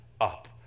up